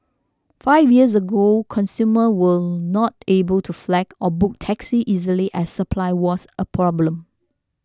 five years ago consumers were not able to flag or book taxis easily as supply was a problem